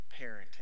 parenting